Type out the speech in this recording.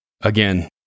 again